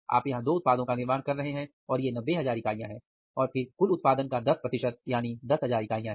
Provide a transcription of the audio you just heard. आप यहां दो उत्पादों का निर्माण कर रहे हैं और ये 90000 इकाइयां है और फिर कुल उत्पादन का 10 यानी 10000 इकाइयां है